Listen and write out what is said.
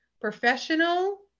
professional